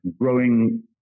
growing